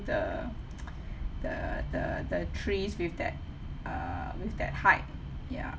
the the the the trees with that err with that height ya